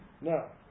Now